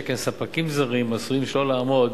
שכן ספקים זרים עשויים שלא לעמוד